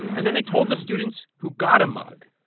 and then they told the students who got a mug,